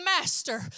Master